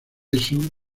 eso